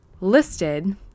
listed